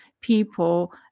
people